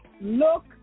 look